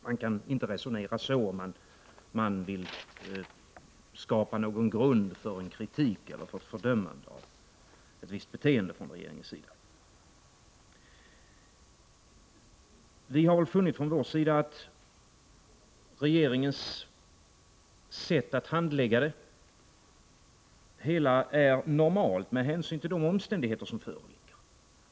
Man kan inte resonera så om man vill skapa någon grund för en kritik eller för ett fördömande av ett visst beteende från regeringens sida. Vi har från vår sida funnit att regeringens sätt att handlägga det hela är normalt med hänsyn till de omständigheter som förelegat.